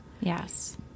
yes